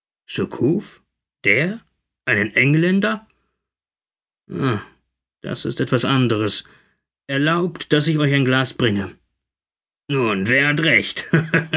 der einen engländer ah das ist etwas anderes erlaubt daß ich euch ein glas bringe nun wer hat recht